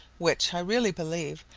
which, i really believe,